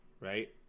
right